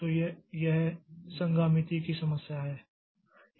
तो यह संगामिति की समस्या है